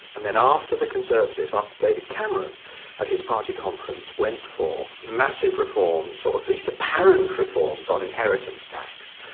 and then after the conservatives, after david cameron at his party conference, went for massive reforms, reforms, or at least apparent reforms on inheritance tax,